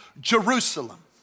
Jerusalem